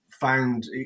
Found